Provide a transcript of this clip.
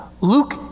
Luke